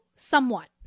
Somewhat